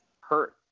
hurt